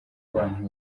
abantu